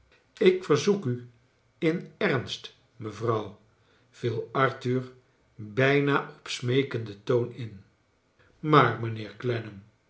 ik verzoek u in ernst mevrouw viel arthur bijna op smeekenden toon in maar